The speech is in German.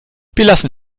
belassen